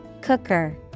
Cooker